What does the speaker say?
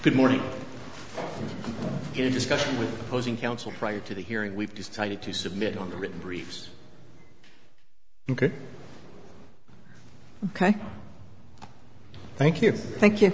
good morning good discussion with posing counsel prior to the hearing we've decided to submit on the written briefs ok ok thank you thank you